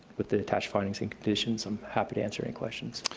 with the attached findings and conditions, i'm happy to answer any questions.